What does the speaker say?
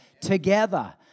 together